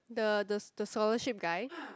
the the the scholarship guy